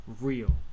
real